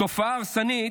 תופעה הרסנית,